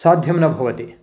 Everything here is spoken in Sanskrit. साध्यं न भवति